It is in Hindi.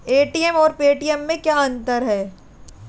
ए.टी.एम और पेटीएम में क्या अंतर है?